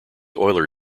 euler